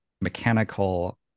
mechanical